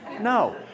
No